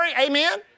Amen